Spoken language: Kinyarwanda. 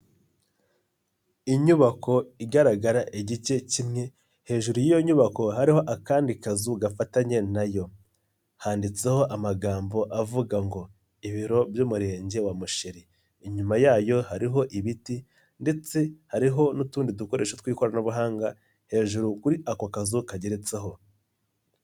Inyubako igaragara igice kimwe hejuru y'iyo nyubako hariho akandi kazu gafatanye nayo. Handitseho amagambo avuga ngo ibiro by'umurenge wa Musheri, inyuma yayo hariho ibiti ndetse hariho n'utundi dukoresho tw'ikoranabuhanga, hejuru kuri ako kazu kageretseho.